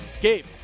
Gabe